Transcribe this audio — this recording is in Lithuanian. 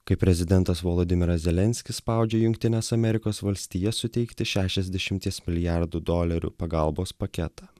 kai prezidentas volodymiras zelenskis spaudžia jungtines amerikos valstijas suteikti šešiasdešimties milijardų dolerių pagalbos paketą